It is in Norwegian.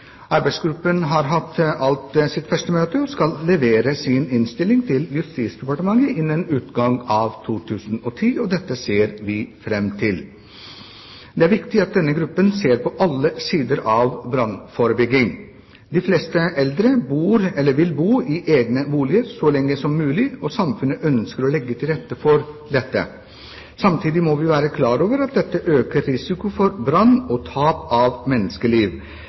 Arbeidsgruppen har alt hatt sitt første møte og skal levere sin innstilling til Justisdepartementet innen utgangen av 2010. Dette ser vi fram til. Det er viktig at denne gruppen ser på alle sider av brannforebygging. De fleste eldre vil bo i egne boliger så lenge som mulig, og samfunnet ønsker å legge til rette for dette. Samtidig må vi være klar over at dette øker risikoen for brann og tap av menneskeliv.